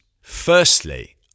Firstly